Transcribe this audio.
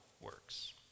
works